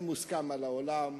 זה מוסכם על העולם,